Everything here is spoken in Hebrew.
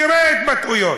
תראה את ההתבטאויות: